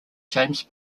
james